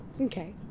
Okay